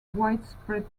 widespread